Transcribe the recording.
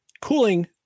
cooling